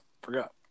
Forgot